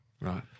Right